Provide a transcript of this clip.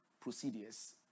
procedures